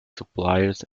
suppliers